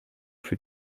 für